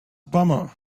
bummer